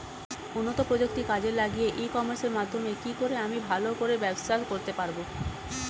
উন্নত প্রযুক্তি কাজে লাগিয়ে ই কমার্সের মাধ্যমে কি করে আমি ভালো করে ব্যবসা করতে পারব?